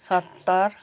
सत्तर